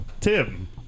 Tim